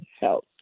health